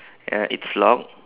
uh it's locked